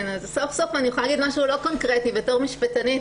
סוף-סוף אני יכולה להגיד משהו לא קונקרטי בתור משפטנית.